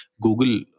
Google